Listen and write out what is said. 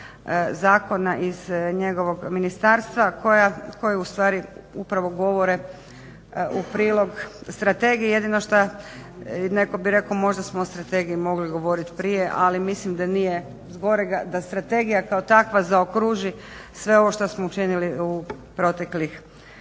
zakona iz njegovog ministarstva, koje ustvari upravo govore u prilog strategiji, jedino šta neko bi rekao možda smo o strategiji mogli govoriti prije, ali mislim da nije zgorega da strategija kao takva zaokruži sve ovo šta smo učinili u proteklih